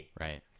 Right